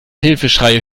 hilfeschreie